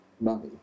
money